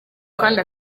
kandi